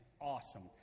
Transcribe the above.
awesome